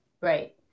Right